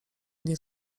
nie